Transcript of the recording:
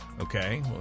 Okay